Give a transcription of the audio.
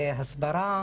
הסברה